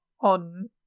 on